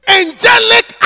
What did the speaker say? angelic